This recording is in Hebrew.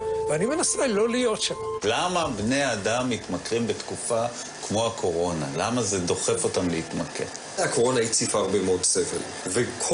ממש מהדהד את מה שקורה היום לכלל אזרחי מדינת ישראל וביתר